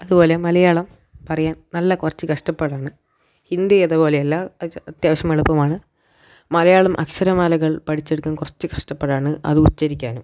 അതുപോലെ മലയാളം പറയാൻ നല്ല കുറച്ചു കഷ്ടപ്പടാണ് ഹിന്ദി അതുപോലെ അല്ല അത്യാവശ്യം എളുപ്പമാണ് മലയാളം അക്ഷരമാലകൾ പഠിച്ചെടുക്കാൻ കുറച്ചു കഷ്ടപ്പാടാണ് അത് ഉച്ചരിക്കാനും